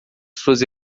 suas